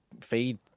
feed